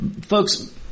folks